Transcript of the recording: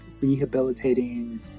rehabilitating